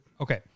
Okay